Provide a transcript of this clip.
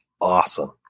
awesome